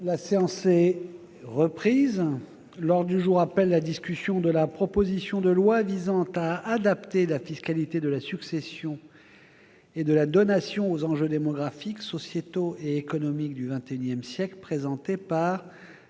la demande du groupe socialiste et républicain, la discussion de la proposition de loi visant à adapter la fiscalité de la succession et de la donation aux enjeux démographiques, sociétaux et économiques du XXI siècle, présentée par